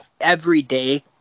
everyday